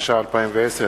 התש"ע 2010,